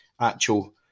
actual